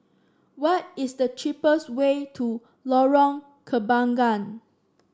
what is the cheapest way to Lorong Kembangan